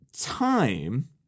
Time